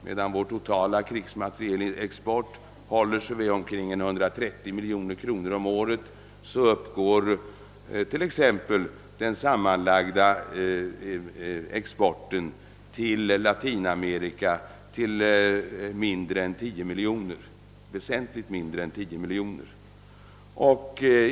Medan vår totala krigsmaterielexport håller sig vid omkring 130 miljoner kronor om året uppgår den sammanlagda exporten till Latinamerika till väsentligt mindre än 10 miljoner kronor.